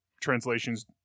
translations